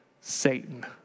Satan